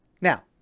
Now